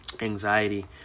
anxiety